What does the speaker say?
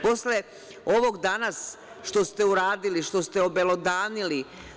Posle ovog danas što ste uradili, što ste obelodanili…